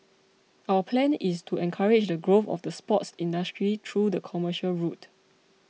our plan is to encourage the growth of the sports industry through the commercial route